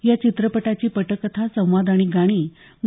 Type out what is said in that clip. या चित्रपटाची पटकथा संवाद आणि गाणी ग